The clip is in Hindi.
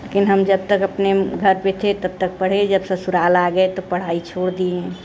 लेकिन हम जब तक अपने घर पर थे तब तक पढ़े जब ससुराल आ गए तो पढ़ाई छोड़ दिए